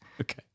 Okay